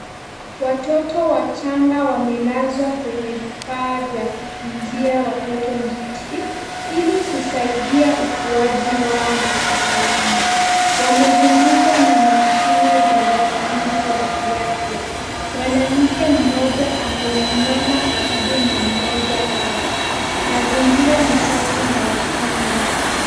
Watoto wachanga wamelazwa kwenye vifaa vya kutunzia watoto njiti ili kusaidia ukuaji wao hospitalini. Wamezungukwa na mashine za uangalizi wa kiafya. Mwanamke mmoja amesimama karibu na mmoja wao. Mazingira ni safi na ya kimya.